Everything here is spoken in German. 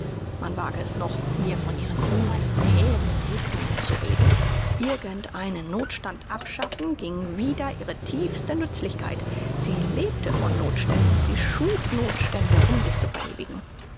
man wage es noch mir von ihren humanitären segnungen zu reden irgend einen nothstand abschaffen gieng wider ihre tiefste nützlichkeit sie lebte von nothständen sie schuf nothstände um sich zu verewigen